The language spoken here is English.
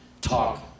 talk